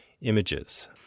images